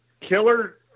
Killer